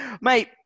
mate